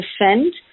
defend